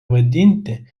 vadinti